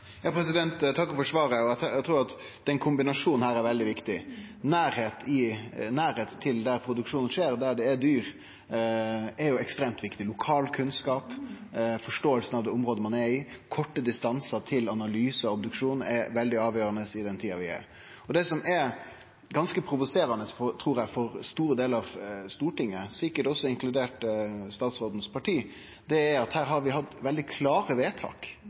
Eg takkar for svaret. Eg trur denne kombinasjonen er veldig viktig; nærleik til der produksjonen skjer, og der det er dyr, er ekstremt viktig. Lokal kunnskap, forståing av det området ein er i, og korte distansar til analyse og obduksjon er veldig avgjerande i den tida vi er i. Det som er ganske provoserande, trur eg, for store delar av Stortinget, sikkert også inkludert statsrådens parti, er at vi har gjort veldig klare vedtak